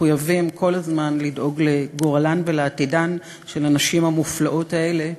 מחויבים כל הזמן לדאוג לגורלן ולעתידן של הנשים המופלאות האלה,